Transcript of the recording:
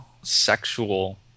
sexual